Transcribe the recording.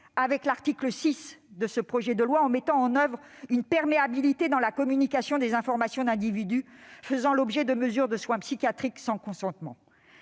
avec l'article 6 de ce projet de loi mettant en oeuvre une perméabilité dans la communication des informations sur des individus faisant l'objet de mesures de soins psychiatriques sans consentement.